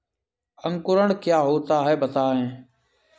अंकुरण क्या होता है बताएँ?